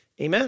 Amen